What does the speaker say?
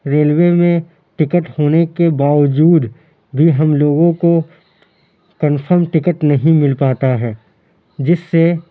railway میں ticket ہونے کے باوجود بھی ہم لوگوں کو کنفرم ٹکٹ نہیں مل پاتا ہے جس سے